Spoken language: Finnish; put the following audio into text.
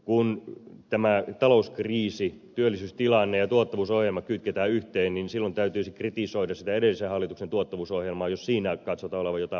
kun tämä talouskriisi työllisyystilanne ja tuottavuusohjelma kytketään yhteen niin silloin täytyisi kritisoida sitä edellisen hallituksen tuottavuusohjelmaa jos siinä katsotaan olevan jotain ongelmaa